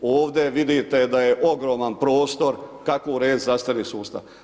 Ovdje vidite da je ogroman prostor kako uredit zdravstveni sustav.